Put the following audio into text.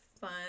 fun